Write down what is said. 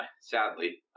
sadly